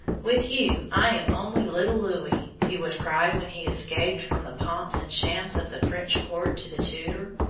with you i am only little louis, he would cry when he escaped from the pomps and shams of the french court to the tutor,